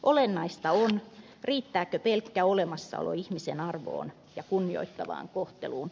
olennaista on riittääkö pelkkä olemassaolo ihmisen arvoon ja kunnioittavaan kohteluun